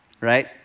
right